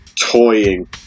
Toying